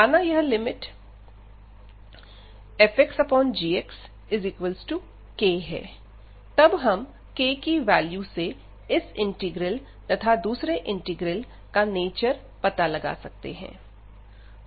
माना यह limit fxgxk है तब हम k की वैल्यू से इस इंटीग्रल तथा दूसरे इंटीग्रल का नेचर पता लगा सकते हैं